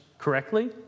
correctly